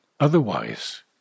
Otherwise